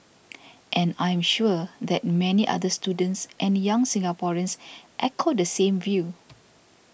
and I am sure that many other students and young Singaporeans echo the same view